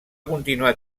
continuar